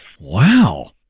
Wow